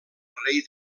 rei